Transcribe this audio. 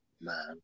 man